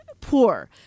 poor